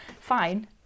Fine